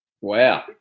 Wow